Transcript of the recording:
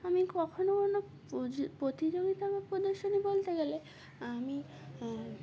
আমি কখনও কখনও প্রতিযোগিতা বা প্রদর্শনী বলতে গেলে আমি